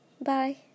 bye